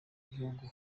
gihugu